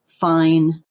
fine